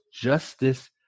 justice